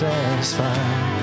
Satisfied